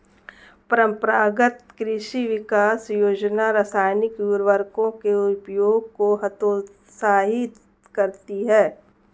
परम्परागत कृषि विकास योजना रासायनिक उर्वरकों के उपयोग को हतोत्साहित करती है